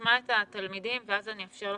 נשמע את התלמידים ואז אני אאפשר לכם,